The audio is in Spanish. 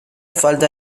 falda